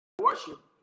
worship